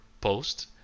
post